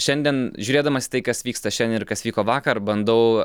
šiandien žiūrėdamas į tai kas vyksta šiandien ir kas vyko vakar bandau